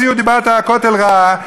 הוציאו דיבת הכותל רעה,